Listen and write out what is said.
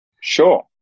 Sure